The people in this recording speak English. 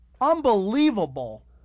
Unbelievable